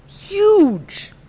huge